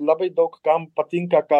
labai daug kam patinka kad